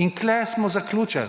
In tukaj smo zaključili.